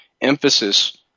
emphasis